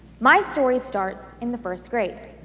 my story starts in the first grade.